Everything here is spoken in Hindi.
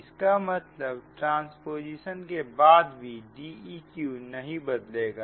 इसका मतलब ट्रांस्पोजिशन के बाद भी D eq नहीं बदलेगा